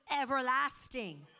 everlasting